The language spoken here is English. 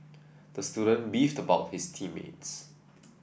the student beefed about his team mates